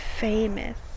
famous